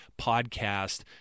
podcast